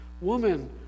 Woman